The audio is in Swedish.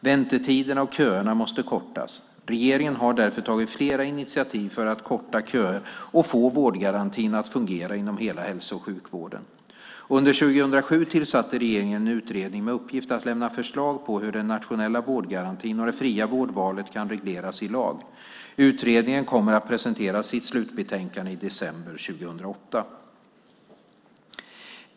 Väntetiderna och köerna måste kortas. Regeringen har därför tagit flera initiativ för att korta köer och få vårdgarantin att fungera inom hela hälso och sjukvården. Under 2007 tillsatte regeringen en utredning med uppgift att lämna förslag på hur den nationella vårdgarantin och det fria vårdvalet kan regleras i lag. Utredningen kommer att presentera sitt slutbetänkande i december 2008.